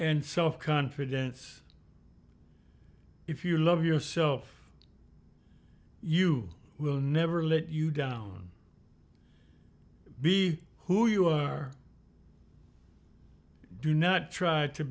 and self confidence if you love yourself you will never let you down be who you are do not try to